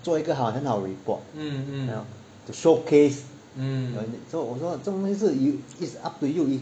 做一个好很好的 report to showcase so 我说这种东西是 is up to you